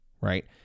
right